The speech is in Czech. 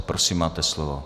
Prosím, máte slovo.